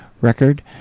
record